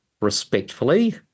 respectfully